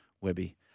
Webby